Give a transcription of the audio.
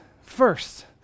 first